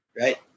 right